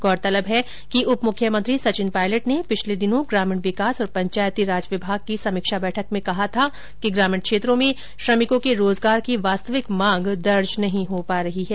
गौरतलब है कि उपमुख्यमंत्री सचिन पायलट ने पिछले दिनों ग्रामीण विकास और पंचायतीराज विभाग की समीक्षा बैठक में कहा था कि ग्रामीण क्षेत्रों में श्रमिकों के रोजगार की वास्तविक मांग दर्ज नहीं हो पा रही है